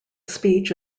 speech